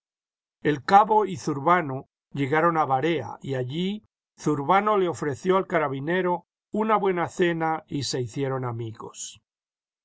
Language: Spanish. el cabo y zurbano llegaron a varea y allí zurbano le ofreció al carabinero una buena cena y se hicieron amigos